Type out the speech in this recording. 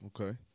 Okay